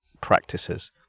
practices